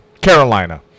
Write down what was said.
Carolina